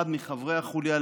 אחד מחברי החוליה,